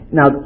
Now